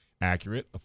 Accurate